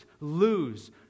lose